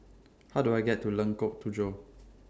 How Do I get to Lengkok Tujoh